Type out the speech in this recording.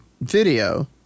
video